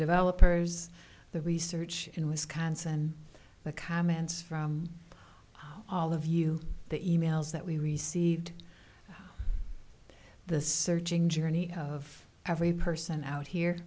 developers the research in wisconsin the comments from all of you the e mails that we received the searching journey of every person out here